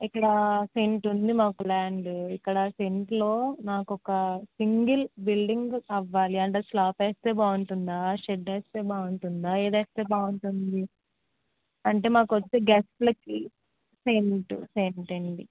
ఇక్కడ సెంట్ ఉంది మాకు లాండ్ ఇక్కడ సెంట్లో నాకొక సింగిల్ బిల్డింగ్ అవ్వాలి అండ్ స్లాబ్ వేస్తే బాగుంటుందా షెడ్ వేస్తే బాగుంటుందా ఏది వేస్తే బాగుంటుంది అంటే మాకొచ్చే గెస్ట్లకి సెంట్ సెంట్ అండి